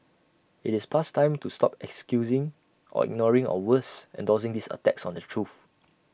IT is past time to stop excusing or ignoring or worse endorsing these attacks on the truth